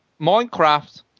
Minecraft